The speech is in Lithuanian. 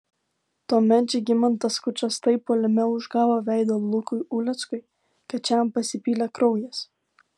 tuomet žygimantas skučas taip puolime užgavo veidą lukui uleckui kad šiam pasipylė kraujas